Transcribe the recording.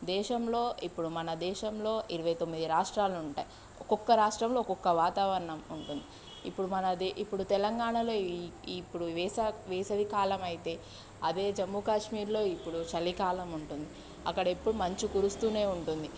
దేశంలో ఇప్పుడు మన దేశంలో ఇరవై తొమ్మిది రాష్ట్రాలుంటాయి ఒక్కొక్క రాష్ట్రంలో ఒక్కొక్క వాతావరణం ఉంటుంది ఇప్పుడు మనది ఇప్పుడు తెలంగాణాలో ఇప్పుడు వేసా వేసవి కాలమైతే అదే జమ్మూ కాశ్మీర్లో ఇప్పుడు చలికాలం ఉంటుంది అక్కడ ఎప్పుడూ మంచు కురుస్తూనే ఉంటుంది